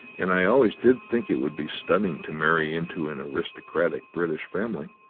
and i always did think it would be stunning to marry into an aristocratic british family,